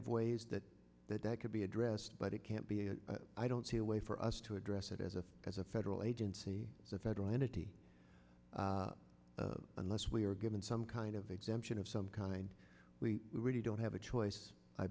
of ways that that that could be addressed but it can't be i don't see a way for us to address it as a as a federal agency as a federal entity unless we are given some kind of exemption of some kind we really don't have a choice i